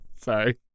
sorry